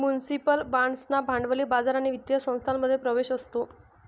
municipal बाँड्सना भांडवली बाजार आणि वित्तीय संस्थांमध्ये प्रवेश असतो